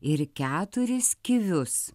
ir keturis kivius